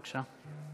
בבקשה.